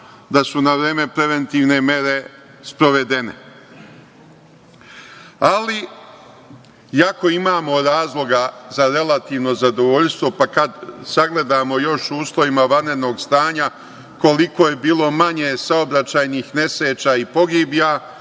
da su na vreme preventivne mere sprovedene. Ali, iako imamo razloga za relativno zadovoljstvo, pa kad sagledamo još u uslovima vanrednog stanja koliko je bilo manje saobraćajnih nesreća i pogibija,